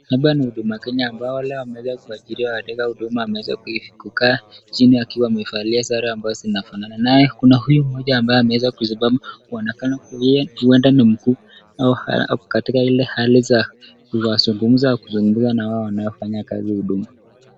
Hapa ni huduma Kenya ambao wale wameweza kuajiriwa katika huduma wameweza kukaa chini wakiwa wamevalia sare ambazo zinafanana, naye kuna huyu mmoja ambaye ameweza kusimama kuonekana yeye huenda ndiye mkuu au ako katika ile hali za kuwazungumza na hao wanaofanya kazi katika huduma.